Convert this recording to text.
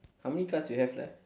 how many cards you have left